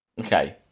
Okay